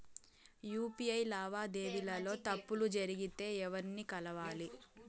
UPI లావాదేవీల లో తప్పులు జరిగితే ఎవర్ని కలవాలి?